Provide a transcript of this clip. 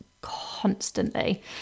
constantly